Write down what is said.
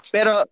Pero